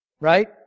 right